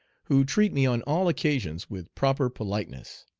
who treat me on all occasions with proper politeness.